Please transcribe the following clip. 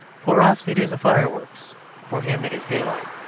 for us it is fireworks for him it is daylight.